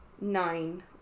nine